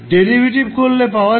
derivative করলে পাওয়া যাবে